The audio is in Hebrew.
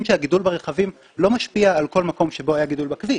שהגידול ברכבים לא משפיע על כל מקום שבו היה גידול בכביש.